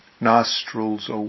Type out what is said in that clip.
nostrils